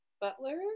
butler